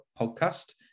podcast